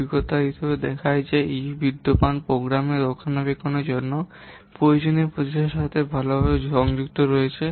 অভিজ্ঞতাগুলি দেখায় যে E বিদ্যমান প্রোগ্রামের রক্ষণাবেক্ষণের জন্য প্রয়োজনীয় প্রচেষ্টার সাথে ভালভাবে সংযুক্ত রয়েছে